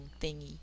thingy